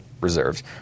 reserves